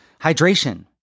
hydration